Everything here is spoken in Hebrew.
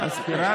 אז בבקשה.